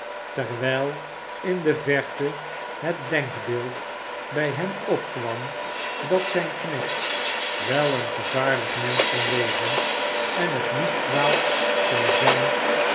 terwijl in de verte het denkbeeld bij hem opkwam dat zijn knecht wel een gevaarlijk mensch kon wezen en het niet kwaad zou zijn